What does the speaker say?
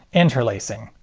interlacing.